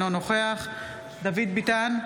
אינו נוכח דוד ביטן,